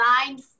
designed